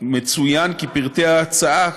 מצוין כי פרטי ההצעה,